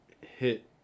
hit